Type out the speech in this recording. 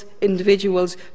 individuals